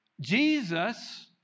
Jesus